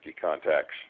contacts